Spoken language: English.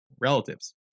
relatives